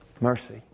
Mercy